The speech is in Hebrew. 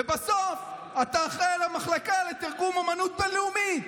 ובסוף אתה אחראי למחלקה לתרגום אומנות בין-לאומית,